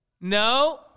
No